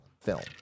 film